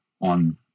on